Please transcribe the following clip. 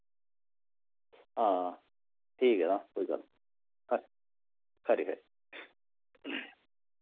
हां ठीक ऐ तां कोई गल्ल खरी खरी खरी